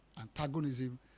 antagonism